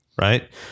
right